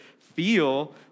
feel